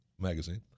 magazine